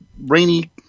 rainy